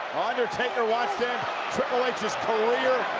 undertaker wants to end triple h's career,